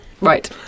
Right